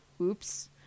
Oops